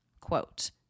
quote